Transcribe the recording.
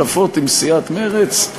יוזמות משותפות עם סיעת מרצ?